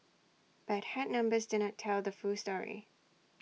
but hard numbers do not tell the full story